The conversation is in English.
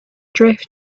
drift